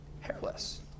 hairless